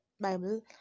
Bible